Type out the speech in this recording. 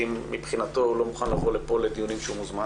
אם מבחינתו הוא לא מוכן לבוא לכאן לדיונים אליהם הוא מוזמן,